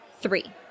three